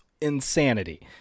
insanity